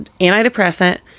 antidepressant